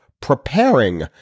preparing